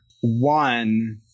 one